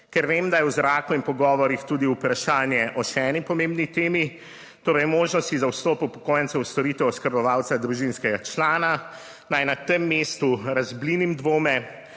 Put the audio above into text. Ker vem, da je v zraku in pogovorih tudi vprašanje o še eni pomembni temi, torej o možnosti za vstop upokojencev v storitev oskrbovalca družinskega člana, naj na tem mestu razblinim dvome